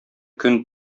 көн